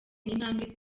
intambwe